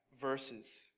verses